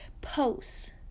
posts